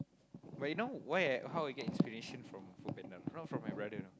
but you know why I how I get inspiration from from Foodpanda not from my brother you know